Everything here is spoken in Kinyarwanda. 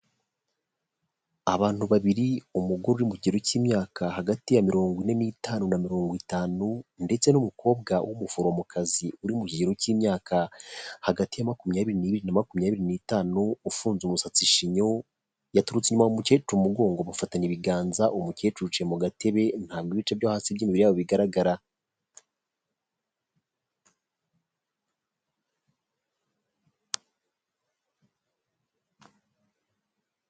Abantu babiri umugore uri mu kigero cy'imyaka hagati ya mirongo ine n'itanu na mirongo itanu ndetse n'umukobwa w'umuforomokazi uri mu kigero cy'imyaka hagati ya makumyabiri n'ibiri na makumyabiri n'itanu ufunze umusatsi shinyo, yaturutse inyuma umukecuru mu mugongo bafatana ibiganza uwo mukecuru yicaye mu gatebe ntabwo ibice byo hasi by'imibiri bigaragara.